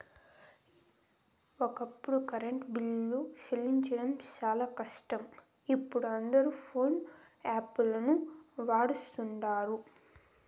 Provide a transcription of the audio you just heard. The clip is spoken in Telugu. ఒకప్పుడు కరెంటు బిల్లులు సెల్లించడం శానా కష్టం, ఇపుడు అందరు పోన్పే యాపును వాడతండారు